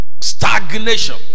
Stagnation